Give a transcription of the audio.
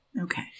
okay